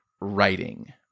writing